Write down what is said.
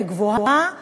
גבוהה יחסית,